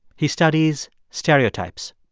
he studies stereotypes.